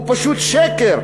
הוא פשוט שקר.